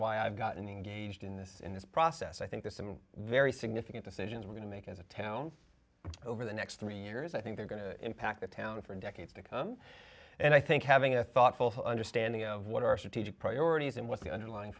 why i've gotten engaged in this in this process i think the some very significant decisions we're going to make as a town over the next three years i think they're going to impact the town for decades to come and i think having a thoughtful understanding of what our strategic priorities and what the underlying